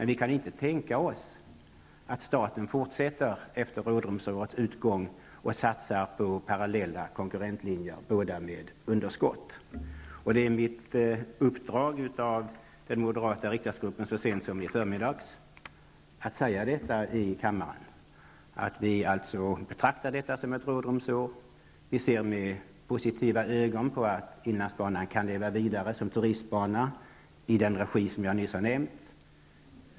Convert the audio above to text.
Vi kan inte tänka oss att staten efter rådrumsårets utgång fortsätter att satsa på parallella konkurrentlinjer som båda går med underskott. Det är mitt uppdrag från den moderata riksdagsgruppen, som jag fick så sent som i förmiddags, att säga detta i kammaren. Vi betraktar alltså detta som ett rådrumsår. Vi ser positivt på att inlandsbanan kan leva vidare som turistbana i den regi som jag nyss har nämnt.